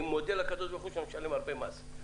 אני מודה לקדוש ברוך הוא שאני משלם הרבה מס.